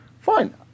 fine